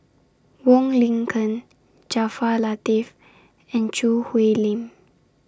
Wong Lin Ken Jaafar Latiff and Choo Hwee Lim